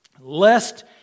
lest